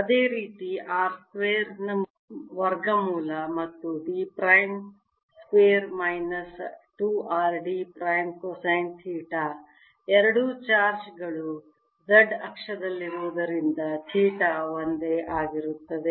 ಅದೇ ರೀತಿ r square ನ ವರ್ಗಮೂಲ ಮತ್ತು d prime square minus 2 r d prime cosine theta ಎರಡೂ ಚಾರ್ಜ್ ಗಳು Z ಅಕ್ಷದಲ್ಲಿರುವುದರಿಂದ ಥೀಟಾ ಒಂದೇ ಆಗಿರುತ್ತದೆ